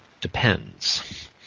depends